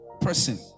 person